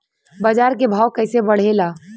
बाजार के भाव कैसे बढ़े ला?